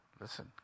listen